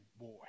boy